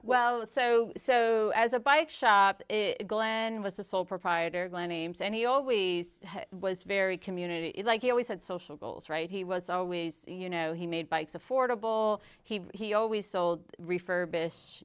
well so so as a bike shop egoyan was the sole proprietor glen ames and he always was very community like you always had social goals right he was always you know he made bikes affordable he always sold refurbish